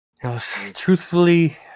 truthfully